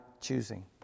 choosing